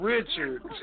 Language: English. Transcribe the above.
Richard